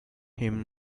him